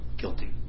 guilty